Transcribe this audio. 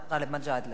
גאלב מג'אדלה.